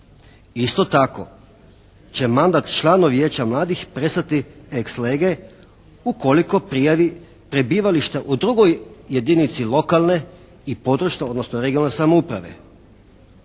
Isto tako će mandat članu Vijeća mladih prestati ex lege ukoliko prijavi prebivalište u drugoj jedinici lokalne i područne, odnosno regionalne samouprave